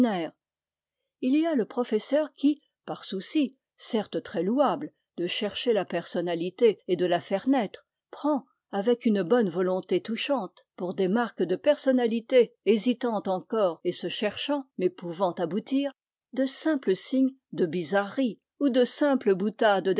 il y aussi le professeur qui par souci certes très louable de chercher la personnalité et de la faire naître prend avec une bonne volonté touchante pour des marques de personnalité hésitante encore et se cherchant mais pouvant aboutir de simples signes de bizarrerie ou de simples boutades